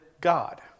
God